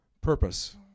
Purpose